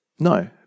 No